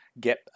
get